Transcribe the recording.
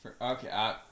okay